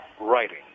writing